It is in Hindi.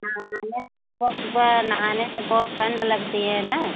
नहाने में सुबह सुबह नहाने में बहुत ठंड लगती है ना